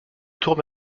tour